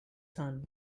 son